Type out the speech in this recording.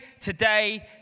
today